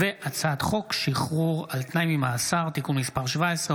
הצעת חוק שחרור על תנאי ממאסר (תיקון מס' 17,